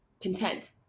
content